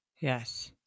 yes